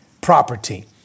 property